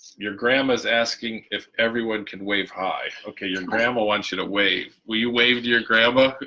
your grandma is asking if everyone can wave hi okay your and grandma wants you to wave will you wave to your grandma?